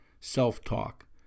self-talk